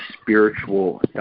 spiritual